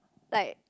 like